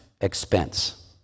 expense